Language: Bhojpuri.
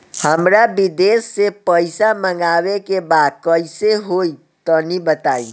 हमरा विदेश से पईसा मंगावे के बा कइसे होई तनि बताई?